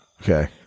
okay